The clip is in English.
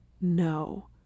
no